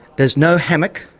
there's no hammock,